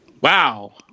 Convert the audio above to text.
Wow